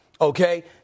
Okay